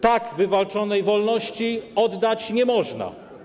Tak wywalczonej wolności oddać nie można.